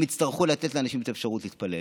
הם יצטרכו לתת לאנשים את האפשרות להתפלל.